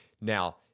Now